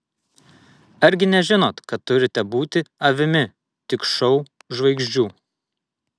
argi nežinot kad turite būti avimi tik šou žvaigždžių